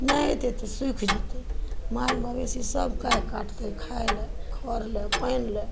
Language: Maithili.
नै हेतै तऽ सूखि जेतै माल मबेशी सब काहि काटतै खाइ लए खौर लऽशए पानि लए